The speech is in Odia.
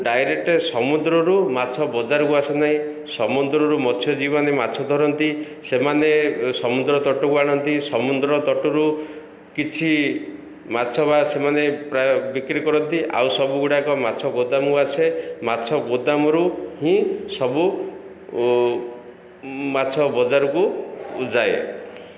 ଡାଇରେକ୍ଟ ସମୁଦ୍ରରୁ ମାଛ ବଜାରକୁ ଆସେ ନାହିଁ ସମୁଦ୍ରରୁ ମତ୍ସ୍ୟଜୀବୀମାନେ ମାଛ ଧରନ୍ତି ସେମାନେ ସମୁଦ୍ର ତଟୁକୁ ଆଣନ୍ତି ସମୁଦ୍ର ତଟୁରୁ କିଛି ମାଛ ବା ସେମାନେ ପ୍ରାୟ ବିକ୍ରି କରନ୍ତି ଆଉ ସବୁ ଗୁଡ଼ାକ ମାଛ ଗୋଦାମକୁ ଆସେ ମାଛ ଗୋଦାମରୁ ହିଁ ସବୁ ମାଛ ବଜାରକୁ ଯାଏ